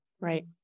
right